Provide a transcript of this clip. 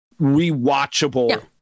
rewatchable